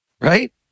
Right